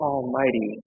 Almighty